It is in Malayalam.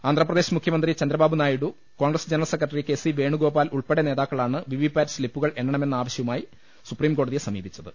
ആന്ധ്രപ്രദേശ് മുഖ്യ മന്ത്രി Chandrababu Naidu Congress general secretary K C Venugopal ഉൾപ്പെടെ നേതാ ക്കളാണ് വിവിപാറ്റ് സ്ലിപ്പുകൾ എണ്ണണമെന്ന ആവശ്യ വുമായി സുപ്രീംകോടതിയെ സമീപിച്ചത്